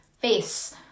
face